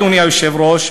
אדוני היושב-ראש,